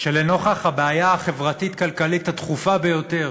שלנוכח הבעיה החברתית-כלכלית הדחופה ביותר